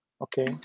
okay